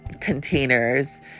containers